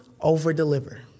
over-deliver